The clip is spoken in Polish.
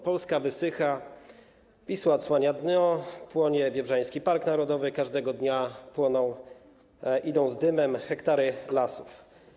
Polska wysycha, Wisła odsłania dno, płonie Biebrzański Park Narodowy, każdego dnia płoną, idą z dymem hektary lasów.